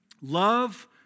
love